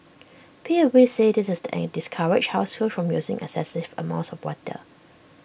P U B said this is and discourage households from using excessive amounts of water